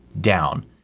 down